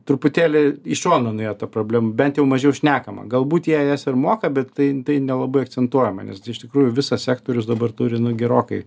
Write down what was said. truputėlį į šoną nuėjo ta problema bent jau mažiau šnekama galbūt jie jas ir moka bet tai tai nelabai akcentuojama nes iš tikrųjų visas sektorius dabar turi nu gerokai